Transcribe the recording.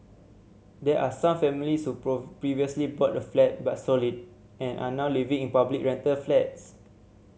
there are some families who previously bought a flat but sold it and are now living in public rental flats